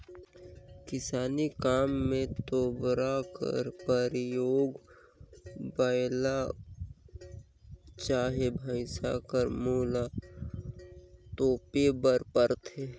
किसानी काम मे तोबरा कर परियोग बइला चहे भइसा कर मुंह ल तोपे बर करथे